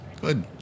Good